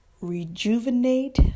rejuvenate